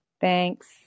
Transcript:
Thanks